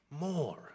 more